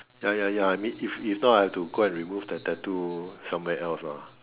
ya ya ya I mean if if not I have to go and remove the tattoo somewhere else ah